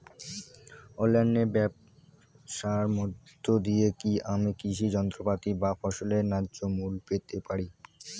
অনলাইনে ব্যাবসার মধ্য দিয়ে কী আমি কৃষি যন্ত্রপাতি বা ফসলের ন্যায্য মূল্য পেতে পারি?